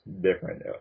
different